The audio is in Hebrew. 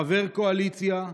חבר קואליציה,